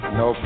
no